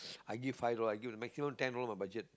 I give five dollars I give maximum ten dollar my budget